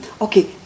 okay